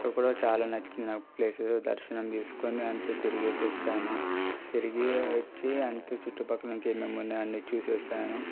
అక్కడ కూడా చాలా నచ్చింది నాకు ప్లేసెస్ దర్శనం చేసుకుని అంతా తిరిగేసొచ్చాను తిరిగి వచ్చి అంతా చుట్టుపక్కల ఇంకేమెం ఉన్నాయో అన్ని చూసేసాను